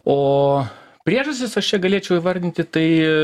o priežastis aš čia galėčiau įvardinti tai